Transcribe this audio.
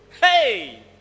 Hey